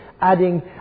adding